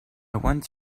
want